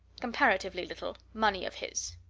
comparatively little money of his.